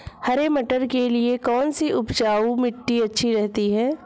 हरे मटर के लिए कौन सी उपजाऊ मिट्टी अच्छी रहती है?